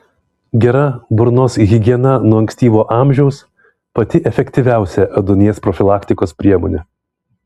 gera burnos higiena nuo ankstyvo amžiaus pati efektyviausia ėduonies profilaktikos priemonė